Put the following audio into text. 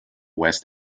west